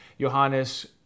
Johannes